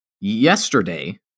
Yesterday